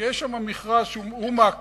יש שם מכרז שהוא מעכב,